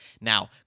Now